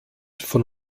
von